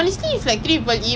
I see on Instagram